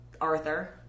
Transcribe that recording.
Arthur